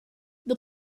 the